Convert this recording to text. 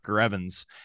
Evans